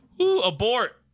abort